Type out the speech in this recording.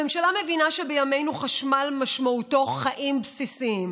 הממשלה מבינה שבימינו חשמל משמעותו חיים בסיסיים,